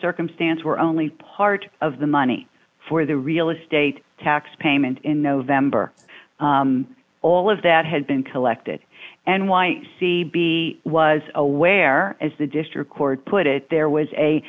circumstance where only part of the money for the real estate tax payment in november all of that had been collected and white c b was aware as the district court put it there was a